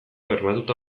bermatuta